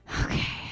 Okay